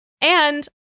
And-